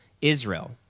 Israel